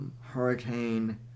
Hurricane